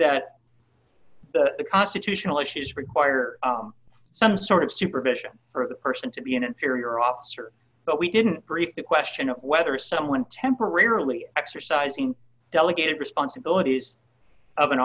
is that the constitutional issues require some sort of supervision for a person to be an inferior officer but we didn't brief the question of whether someone temporarily exercising delegated responsibilities of an